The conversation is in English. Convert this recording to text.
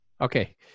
Okay